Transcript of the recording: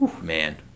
Man